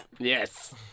Yes